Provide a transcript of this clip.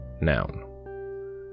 Noun